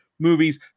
movies